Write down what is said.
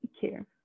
care